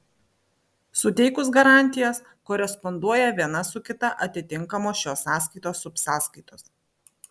suteikus garantijas koresponduoja viena su kita atitinkamos šios sąskaitos subsąskaitos